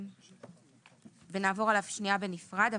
ונעבור עליו שנייה בנפרד,